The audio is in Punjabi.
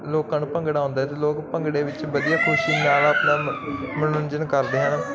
ਲੋਕਾਂ ਨੂੰ ਭੰਗੜਾ ਆਉਦਾ ਤੇ ਲੋਕ ਭੰਗੜੇ ਵਿੱਚ ਵਧੀਆ ਖੁਸ਼ੀ ਨਾਲ ਆਪਣਾ ਮਨੋਰੰਜਨ ਕਰਦੇ ਆ